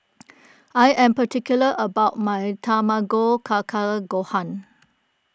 I am particular about my Tamago Kake Gohan